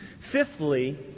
Fifthly